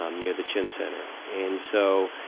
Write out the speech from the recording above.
um near the chin center. and so,